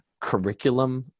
curriculum